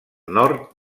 nord